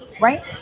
Right